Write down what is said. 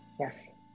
Yes